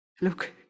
Look